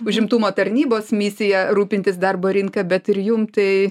užimtumo tarnybos misija rūpintis darbo rinka bet ir jum tai